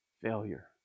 failure